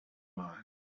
mind